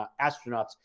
astronauts